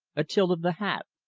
a tilt of the hat,